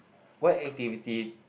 what activity